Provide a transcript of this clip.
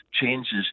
changes